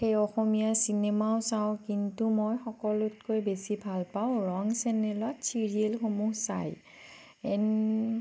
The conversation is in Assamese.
সেই অসমীয়া চিনেমাও চাওঁ কিন্তু মই সকলোতকৈ বেছি ভালপাওঁ ৰং চেনেলত চিৰিয়েলসমূহ চাই এণ্ড